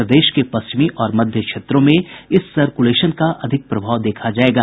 प्रदेश के पश्चिमी और मध्य क्षेत्रों में इस सर्कुलेशन का अधिक प्रभाव देखा जायेगा